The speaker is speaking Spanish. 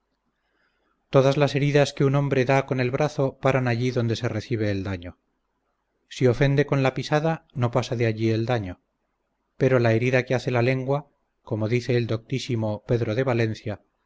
todas las heridas que un hombre da con el brazo paran allí donde se recibe el daño si ofende con la pisada no pasa de allí el daño pero la herida que hace la lengua como dice el doctísimo pedro de valencia va cundiendo y extendiéndose de